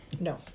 No